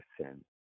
sin